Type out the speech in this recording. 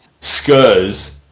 Scuzz